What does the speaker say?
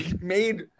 made –